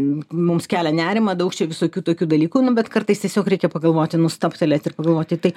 mums kelia nerimą daug čia visokių tokių dalykų bet kartais tiesiog reikia pagalvoti nu stabtelėti ir pagalvoti tai